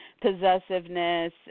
possessiveness